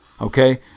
Okay